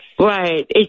Right